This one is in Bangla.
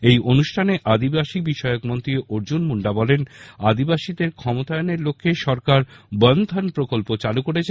এই অনুষ্ঠানে আদিবাসী বিষয়ক মন্ত্রী অর্জুন মুন্ডা বলেন আদিবাসীদের ক্ষমতায়নের লক্ষ্যে সরকার বনধন প্রকল্প চালু করেছে